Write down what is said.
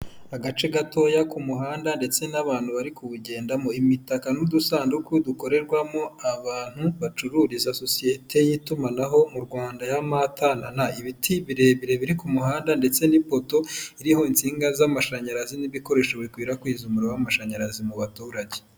Agace gatoya k'umuhanda ndetse n'abantu bari kuwugendamo, imitaka n'udusanduku dukorerwamo abantu bacururiza sosiyete y'itumanaho mu Rwanda y'amatanana. Ibiti birebire biri ku muhanda ndetse n'ipoto iriho insinga z'amashanyarazi n'ibikoresho bikwirakwiza umuriro w'amashanyarazi mu baturage.